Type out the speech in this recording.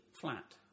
flat